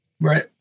Right